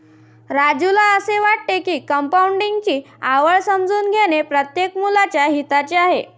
राजूला असे वाटते की कंपाऊंडिंग ची आवड समजून घेणे प्रत्येक मुलाच्या हिताचे आहे